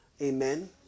Amen